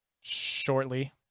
Shortly